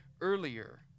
earlier